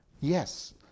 Yes